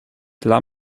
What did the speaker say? dla